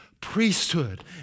priesthood